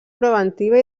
preventiva